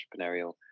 entrepreneurial